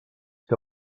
que